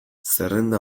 zerrenda